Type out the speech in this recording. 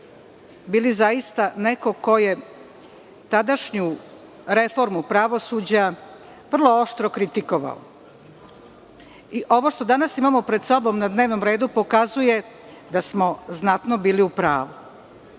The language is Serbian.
bili zaista neko ko je tadašnju reformu pravosuđa vrlo oštro kritikovao. Ovo što danas imamo pred sobom na dnevnom redu pokazuje da smo znatno bili u pravu.